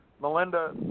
Melinda